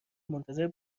منتظر